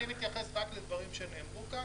אני מתייחס רק לדברים שנאמרו כאן.